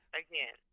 again